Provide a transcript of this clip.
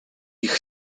ich